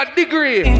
degree